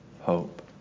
hope